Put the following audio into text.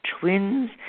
twins